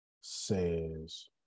says